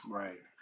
right